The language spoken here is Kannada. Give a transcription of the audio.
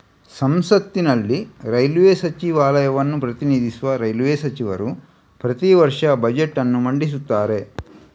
ಸಂಸತ್ತಿನಲ್ಲಿ ರೈಲ್ವೇ ಸಚಿವಾಲಯವನ್ನು ಪ್ರತಿನಿಧಿಸುವ ರೈಲ್ವೇ ಸಚಿವರು ಪ್ರತಿ ವರ್ಷ ಬಜೆಟ್ ಅನ್ನು ಮಂಡಿಸುತ್ತಾರೆ